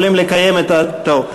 יכולים לקיים את ההצבעה.